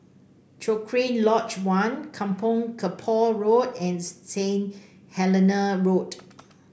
Cochrane Lodge One Kampong Kapor Road and Saint Helena Road